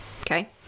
Okay